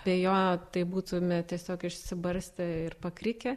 be jo tai būtume tiesiog išsibarstę ir pakrikę